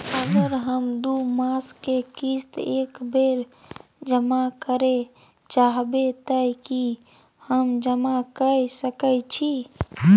अगर हम दू मास के किस्त एक बेर जमा करे चाहबे तय की हम जमा कय सके छि?